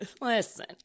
listen